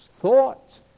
thoughts